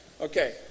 Okay